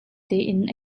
tein